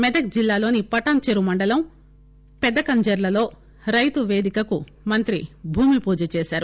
మెదక్ జిల్లాలోని పటాన్టెరు మండలం పెద్దకంజర్లలో రైతు పేదికకు మంత్రి భూమిపూజ చేశారు